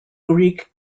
greek